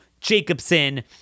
jacobson